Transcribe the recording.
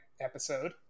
episode